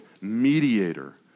mediator